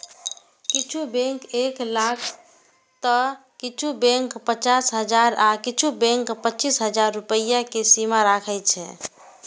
किछु बैंक एक लाख तं किछु बैंक पचास हजार आ किछु बैंक पच्चीस हजार रुपैया के सीमा राखै छै